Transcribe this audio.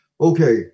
Okay